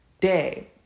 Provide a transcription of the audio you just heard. day